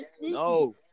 no